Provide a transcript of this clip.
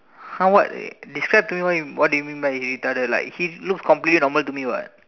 !huh! what describe to me what you what do you mean by mean by retarded like he looks completely normal to me [what]